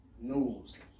news